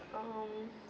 um